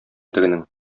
тегенең